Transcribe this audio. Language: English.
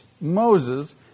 Moses